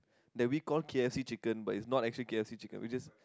that we call k_f_c chicken but it's not actually k_f_c chicken we just